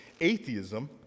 Atheism